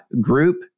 group